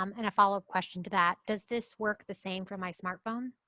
um and a followup question to that. does this work the same for my smartphone?